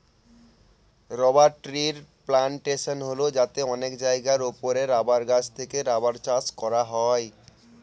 rubber ট্রির plantation হল যাতে অনেক জায়গার ওপরে রাবার গাছ থেকে রাবার চাষ করা হয়